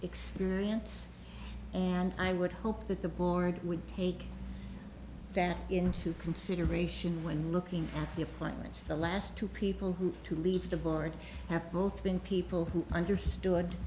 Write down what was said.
experience and i would hope that the board would take that into consideration when looking at the appointments the last two people who to leave the board have both been people who understood